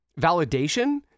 validation